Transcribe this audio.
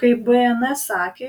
kaip bns sakė